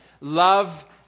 love